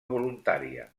voluntària